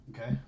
Okay